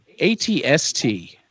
ATST